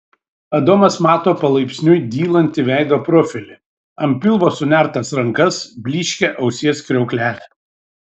adomas mato palaipsniui dylantį veido profilį ant pilvo sunertas rankas blyškią ausies kriauklelę